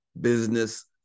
business